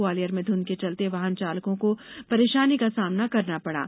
ग्वालियर में ध्रंध के चलते वाहन चालकों को परेशानी का सामना करना पड़ा